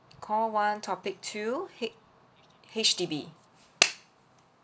call one topic two H H_D_B